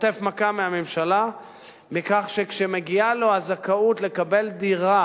חוטף מכה מהממשלה בכך שכשמגיעה לו הזכאות לקבל דירה